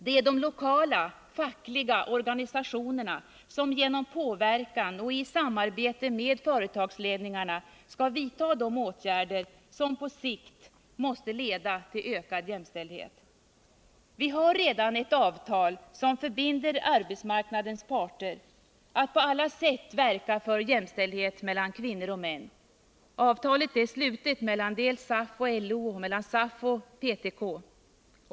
Det är de lokala fackliga organisationerna som genom påverkan och i samarbete med företagsledningarna skall vidta de åtgärder som på sikt måste leda till ökad jämställdhet. Vi har redan ett avtal som förbinder arbetsmarknadens parter att på alla sätt verka för jämställdhet mellan kvinnor och män. Avtalet är slutet mellan SAF och LO och mellan SAF och PTK.